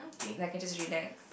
like I can just relax